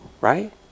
Right